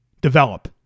develop